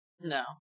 No